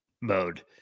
mode